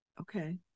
Okay